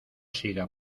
siga